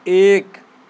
ایک